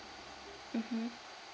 mmhmm